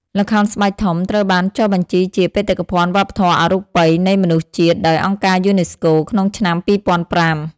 ល្ខោនស្បែកធំ ត្រូវបានចុះបញ្ជីជា បេតិកភណ្ឌវប្បធម៌អរូបីនៃមនុស្សជាតិ ដោយអង្គការយូណេស្កូ ក្នុងឆ្នាំ ២០០៥